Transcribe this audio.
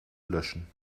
löschen